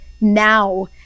now